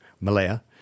Malaya